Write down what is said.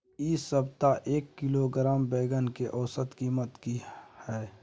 इ सप्ताह एक किलोग्राम बैंगन के औसत कीमत की हय?